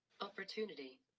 opportunity